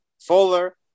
fuller